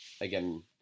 again